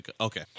Okay